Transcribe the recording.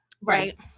Right